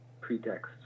pretext